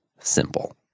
simple